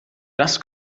das